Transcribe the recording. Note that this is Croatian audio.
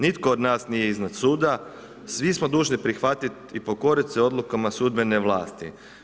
Nitko od nas nije izvan suda, svi smo dužni prihvatiti i pokorit se odlukama sudbene vlasti.